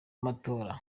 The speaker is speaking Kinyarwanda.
amatora